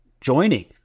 joining